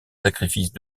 sacrifices